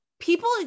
people